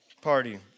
party